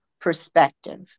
perspective